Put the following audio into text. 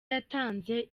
yatanze